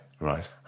right